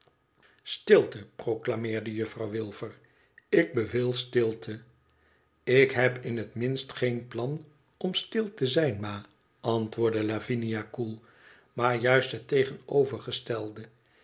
stilte proclameerde juffrouw wilfer ik beveel stilte ik heb in het minst geen plan om stil te zijn ma antwoordde lavinia koel maar juist het tegenovergestelde